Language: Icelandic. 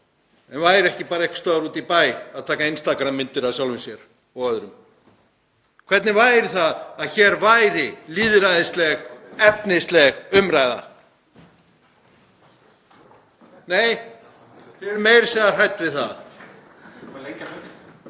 en væru ekki bara einhvers staðar úti í bæ að taka Instagram-myndir af sjálfum sér og öðrum? Hvernig væri það að hér væri lýðræðisleg, efnisleg umræða? Nei, þið eruð meira að segja hrædd við það.